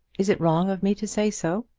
is it wrong of me to say so?